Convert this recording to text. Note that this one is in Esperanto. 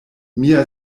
mia